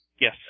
Yes